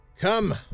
Come